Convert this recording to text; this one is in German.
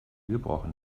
gebrochen